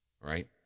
Right